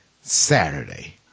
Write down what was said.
Saturday